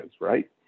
right